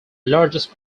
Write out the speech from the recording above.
largest